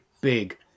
big